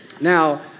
Now